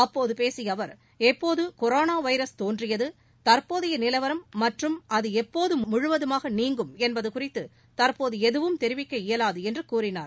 அப்போது பேசிய அவர் எப்போது கொரோனா வைரஸ் தோன்றியது தற்போதைய நிலவரம் மற்றும் அது எப்போது முழுவதுமாக நீங்கும் என்பது குறித்து தற்போது எதுவும் தெரிவிக்க இயலாது என்று கூறினார்